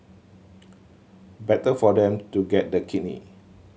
better for them to get the kidney